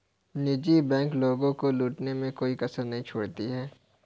निजी बैंक लोगों को लूटने में कोई कसर नहीं छोड़ती है